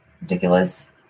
Ridiculous